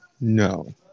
no